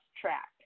track